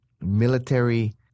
military